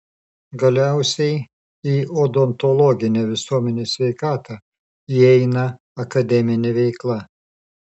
galiausiai į odontologinę visuomenės sveikatą įeina akademinė veikla